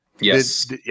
yes